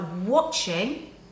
watching